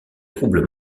trouble